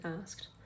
asked